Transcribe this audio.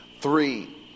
three